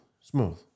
smooth